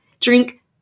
drink